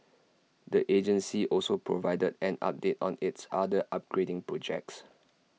the agency also provided an update on its other upgrading projects